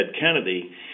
Kennedy